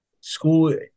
school